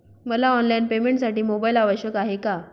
मला ऑनलाईन पेमेंटसाठी मोबाईल आवश्यक आहे का?